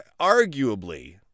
arguably